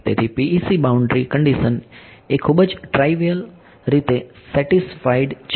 તેથી PEC boundary condition એ ખૂબ જ ટ્રીવીઅલી રીતે સેટીસ્ફાઈડ છે